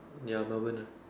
ya Melbourne ah